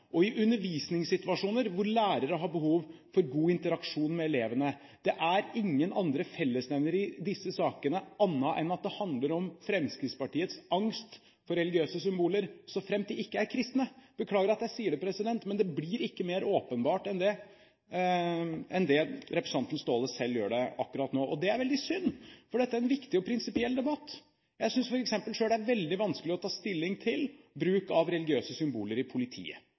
og i undervisningssituasjoner, hvor lærere har behov for god interaksjon med elevene. Det er ingen andre fellesnevnere i disse sakene enn Fremskrittspartiets angst for religiøse symboler – så fremt de ikke er kristne. Beklager at jeg sier det, men det blir ikke mer åpenbart enn representanten Staahle selv gjør det akkurat nå. Det er veldig synd, for dette er en viktig og prinsipiell debatt. Jeg synes f.eks. selv det er veldig vanskelig å ta stilling til bruk av religiøse symboler i Politiet.